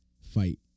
fight